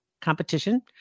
competition